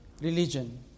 religion